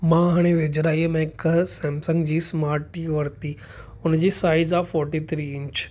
मां हाणे वेझिराईअ में हिकु सैमसंग जी स्माट टीवी वरिती उन जी साइज़ आहे फोटी थ्री इंच